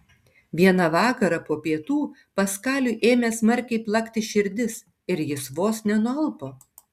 vieną vakarą po pietų paskaliui ėmė smarkiai plakti širdis ir jis vos nenualpo